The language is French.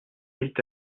est